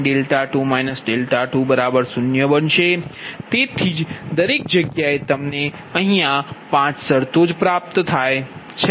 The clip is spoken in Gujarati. માટે sin2 − 2 0 બનશે તેથી જ દરેક જગ્યાએ તે 5 શરતો છે